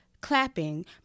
clapping